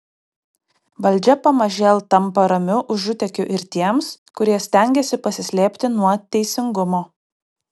valdžia pamažėl tampa ramiu užutėkiu ir tiems kurie stengiasi pasislėpti nuo teisingumo